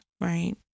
right